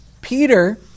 Peter